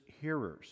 hearers